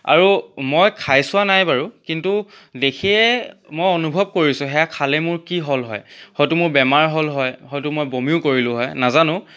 আৰু মই খাই চোৱা নাই বাৰু কিন্তু দেখিয়ে মই অনুভৱ কৰিছোঁ সেয়া খালে মোৰ কি হ'ল হয় হয়তো মোৰ বেমাৰ হ'ল হয় হয়তো মই বমিও কৰিলোঁ হয় নাজানো